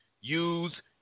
use